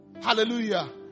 Hallelujah